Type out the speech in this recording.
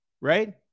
right